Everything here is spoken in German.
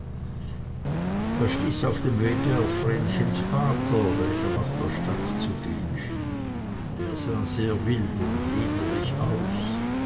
er stieß auf dem wege auf vrenchens vater welcher nach der stadt zu gehen schien der sah sehr wild und liederlich aus